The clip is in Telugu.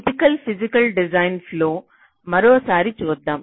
టిపికల్ ఫిజికల్ డిజైన్ ఫ్లొ మరోసారి చూద్దాం